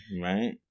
Right